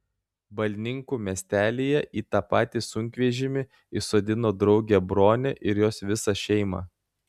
balninkų miestelyje į tą patį sunkvežimį įsodino draugę bronę ir jos visą šeimą